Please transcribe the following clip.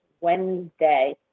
Wednesday